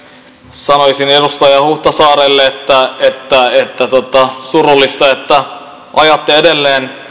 sanoisin edustaja huhtasaarelle että surullista että ajatte edelleen